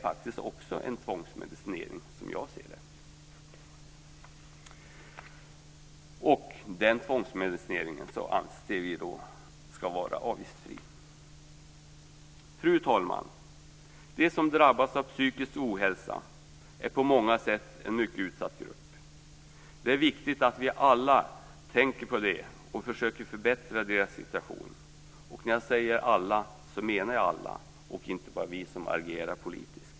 Detta är också en tvångsmedicinering, som jag ser det, och den tvångsmedicineringen anser vi ska vara avgiftsfri. Fru talman! De som drabbats av psykisk ohälsa utgör på många sätt en mycket utsatt grupp. Det är viktigt att vi alla tänker på det, och försöker förbättra deras situation. När jag säger alla så menar jag alla, och inte bara vi som agerar politiskt.